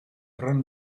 run